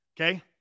Okay